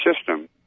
system